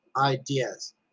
ideas